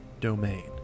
domain